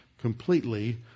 completely